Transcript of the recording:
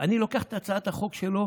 אני לוקח את הצעת החוק שלו